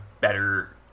better